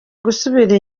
gusubira